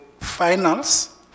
finals